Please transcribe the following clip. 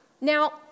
Now